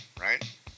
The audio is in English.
Right